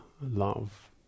love